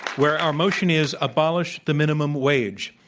where our motion is abolish the minimum wage.